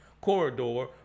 corridor